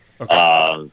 Okay